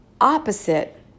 opposite